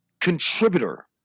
contributor